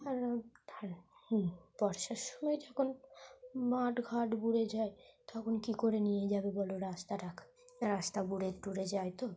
আর ঠান বর্ষার সময় যখন মাঠ ঘাট ভরে যায় তখন কী করে নিয়ে যাবে বলো রাস্তাটা রাস্তা ভরে টোরে যায় তো